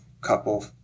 couple